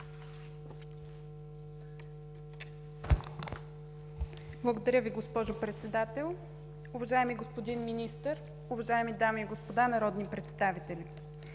Благодаря Ви, госпожо Председател. Уважаеми господин Министър, уважаеми дами и господа народни представители!